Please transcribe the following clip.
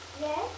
Yes